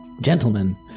gentlemen